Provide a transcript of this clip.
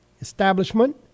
establishment